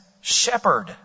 shepherd